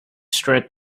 straight